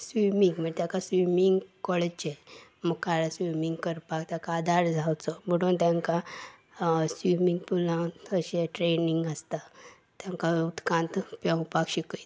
swimming म्हण ताका swimming कळचें मुखार स्विमींग करपाक ताका आदार जावचो म्हणून तांकां स्विमींग पुलान अशें ट्रेनींग आसता तांकां उदकांत पेंवपाक शिकयतात